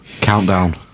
Countdown